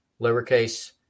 lowercase